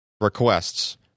requests